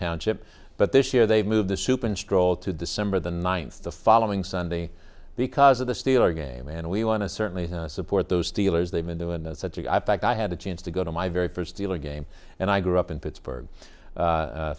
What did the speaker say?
township but this year they've moved the soup and stroll to december the ninth the following sunday because of the steeler game and we want to certainly support those steelers they've been doing such i fact i had a chance to go to my very first steeler game and i grew up in pittsburgh